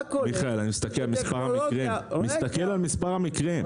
אני מסתכל על מספר המקרים.